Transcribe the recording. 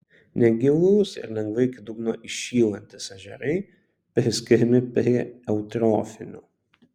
negilūs ir lengvai iki dugno įšylantys ežerai priskiriami prie eutrofinių